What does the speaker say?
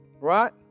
right